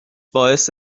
باعث